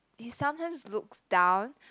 he sometimes looks down